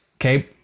Okay